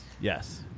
Yes